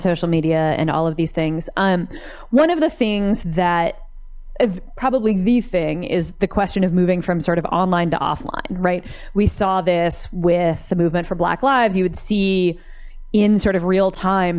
social media and all of these things um one of the things that probably the thing is the question of moving from sort of online to offline right we saw this with the movement for black lives you would see in sort of real time